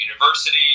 University